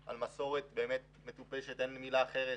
על מסורת מטופשת ואין לי מילה אחרת,